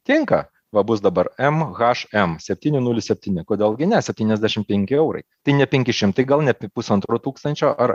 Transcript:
tinka va bus dabar m h n septyni nulis septyni kodėl gi ne septyniasdešim penki eurai tai ne penki šimtai gal ne pusantro tūkstančio ar